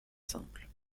simple